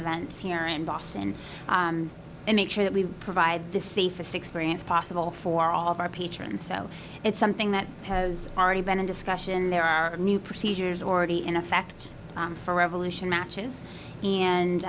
events here in boston and make sure that we provide the safest experience possible for all of our patrons so it's something that has already been in discussion there are new procedures already in effect for revolution matches and